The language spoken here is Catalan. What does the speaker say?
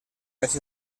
més